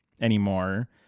anymore